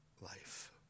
life